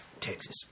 Texas